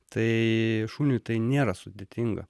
tai šuniui tai nėra sudėtinga